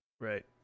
Right